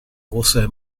also